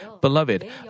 Beloved